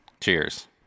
Cheers